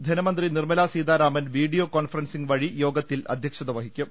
ധനമന്ത്രി Nirmala Sitharaman video conferencing വഴി യോഗത്തിൽ അധ്യക്ഷത വഹിക്കും